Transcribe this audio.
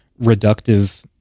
reductive